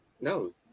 No